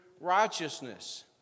righteousness